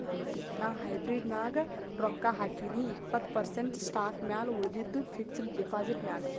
ನಾ ಹೈಬ್ರಿಡ್ ನಾಗ್ ರೊಕ್ಕಾ ಹಾಕಿನೀ ಇಪ್ಪತ್ತ್ ಪರ್ಸೆಂಟ್ ಸ್ಟಾಕ್ ಮ್ಯಾಲ ಉಳಿದಿದ್ದು ಫಿಕ್ಸಡ್ ಡೆಪಾಸಿಟ್ ಮ್ಯಾಲ